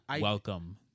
Welcome